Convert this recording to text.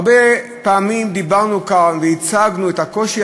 הרבה פעמים דיברנו כאן והצגנו את הקושי